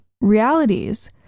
realities